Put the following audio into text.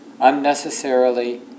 unnecessarily